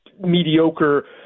mediocre